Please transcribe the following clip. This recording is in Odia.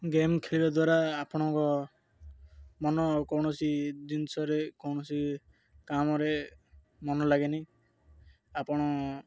ଗେମ୍ ଖେଳିବା ଦ୍ୱାରା ଆପଣଙ୍କ ମନ କୌଣସି ଜିନିଷରେ କୌଣସି କାମରେ ମନ ଲାଗେନି ଆପଣ